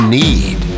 need